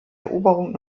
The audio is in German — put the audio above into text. eroberung